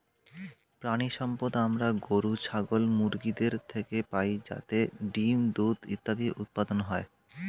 প্রাণিসম্পদ আমরা গরু, ছাগল, মুরগিদের থেকে পাই যাতে ডিম্, দুধ ইত্যাদি উৎপাদন হয়